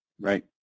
Right